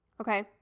Okay